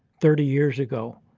thirty years ago.